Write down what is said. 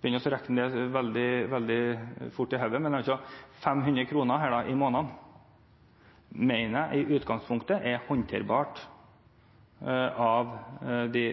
500 kr i måneden i utgangspunktet er håndterbart for de